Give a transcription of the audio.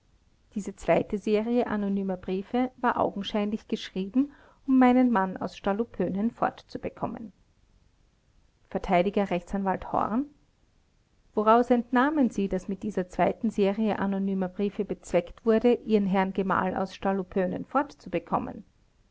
diese zweite serie anonymer briefe war augenscheinlich geschrieben um meinen mann aus stallupönen fortzubekommen verteidiger r a horn woraus entnahmen sie daß mit dieser zweiten serie anonymer briefe bezweckt wurde ihren herrn gemahl aus stallupönen fortzubekommen